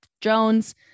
Jones